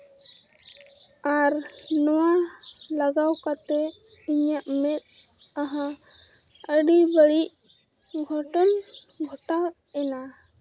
ᱟᱨ ᱱᱚᱣᱟ ᱞᱟᱜᱟᱣ ᱠᱟᱛᱮᱫ ᱤᱧᱟᱹᱜ ᱢᱮᱫ ᱟᱦᱟ ᱟᱹᱰᱤ ᱵᱟᱹᱲᱤᱡ ᱜᱷᱚᱴᱚᱱ ᱜᱷᱚᱴᱟᱣ ᱮᱱᱟ